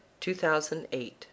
2008